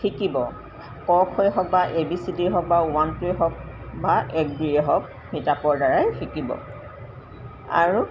শিকিব ক খয়ে হওক বা এ বি চি ডিয়ে হওক বা ওৱান টুৱে হওক বা এক দুয়ে হওক কিতাপৰ দ্বাৰাই শিকিব আৰু